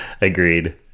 agreed